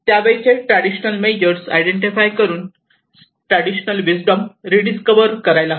त्या वेळेचे traditional measure identify करून ट्रॅडिशनल विस्टम रीडिस्कवर करायला हवे